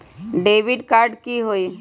Debit card की होई?